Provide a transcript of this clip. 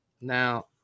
now